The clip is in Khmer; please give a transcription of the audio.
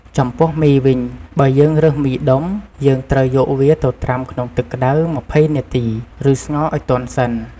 ចំពោះមីវិញ បើយើងរើសមីដុំ យើងត្រូវយកវាទៅត្រាំក្នុងទឹកក្តៅ ២០នាទី ឬស្ងោរឱ្យទន់សិន។